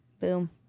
Boom